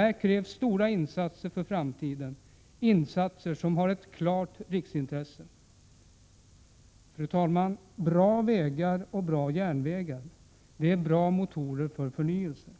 Här krävs stora insatser för framtiden, insatser som har ett klart riksintresse. Fru talman! Bra vägar och bra järnvägar är bra motorer för förnyelse.